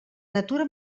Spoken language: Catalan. natura